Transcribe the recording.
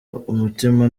umutima